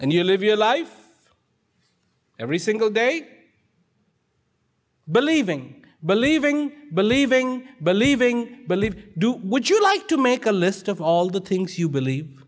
you live your life every single day believing believing believing believing believe do would you like to make a list of all the things you believe